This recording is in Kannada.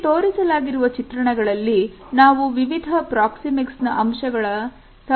ಇಲ್ಲಿ ತೋರಿಸಲಾಗಿರುವ ಚಿತ್ರಣಗಳಲ್ಲಿ ನಾವು ವಿವಿಧ ರೀತಿಯ ಪ್ರಾಕ್ಸಿಮಿಕ್ಸ್ ನ ಅಂಶಗಳ ಸಂವಹನವನ್ನು ನಾವು ಕಾಣಬಹುದು